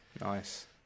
Nice